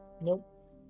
Nope